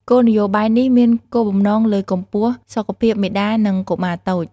គោលនយោបាយនេះមានគោលបំណងលើកកម្ពស់សុខភាពមាតានិងកុមារតូច។